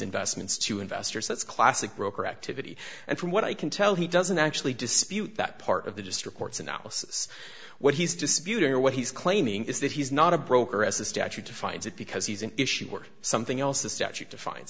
investments to investors that's classic broker activity and from what i can tell he doesn't actually dispute that part of the district court's analysis what he's disputing or what he's claiming is that he's not a broker as the statute defines it because he's an issue work something else the statute define